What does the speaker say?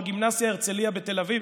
בגימנסיה הרצליה בתל אביב,